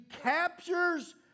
captures